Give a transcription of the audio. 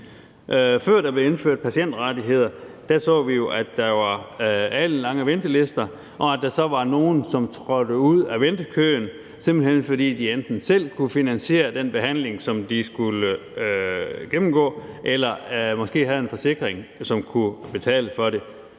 Før der blev indført patientrettigheder, så vi jo, at der var alenlange ventelister, og at der så var nogle, som trådte ud af ventekøen, simpelt hen fordi de enten selv kunne finansiere den behandling, som de skulle gennemgå, eller måske havde en forsikring, som kunne betale for det.